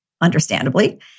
understandably